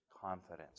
confidence